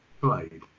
played